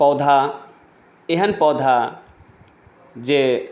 पौधा एहन पौधा जे